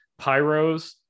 pyros